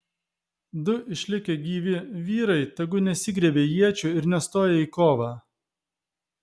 du išlikę gyvi vyrai tegu nesigriebia iečių ir nestoja į kovą